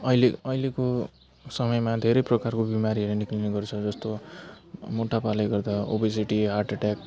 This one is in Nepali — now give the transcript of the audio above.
अहिले अहिलेको समयमा धेरै प्रकारको बिमारीहरू निस्कने गर्छ जस्तो मोटापाले गर्दा ओबेसिटी हार्ट एटेक